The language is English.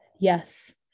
Yes